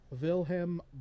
Wilhelm